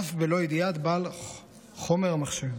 אף בלא ידיעת בעל חומר המחשב.